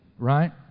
Right